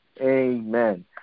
Amen